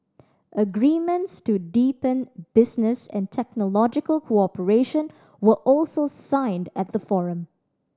agreements to deepen business and technological cooperation were also signed at the forum